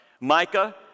Micah